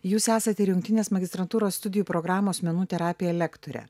jūs esat ir jungtinės magistrantūros studijų programos menų terapija lektorė